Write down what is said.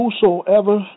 whosoever